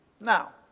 Now